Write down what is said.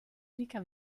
ricca